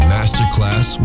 Masterclass